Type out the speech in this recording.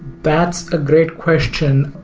that's a great question.